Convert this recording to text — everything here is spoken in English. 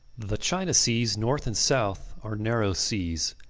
the china seas north and south are narrow seas.